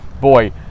boy